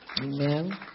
Amen